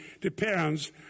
depends